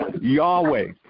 Yahweh